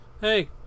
Hey